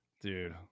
Dude